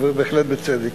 בהחלט בצדק.